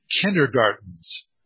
kindergartens